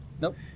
Nope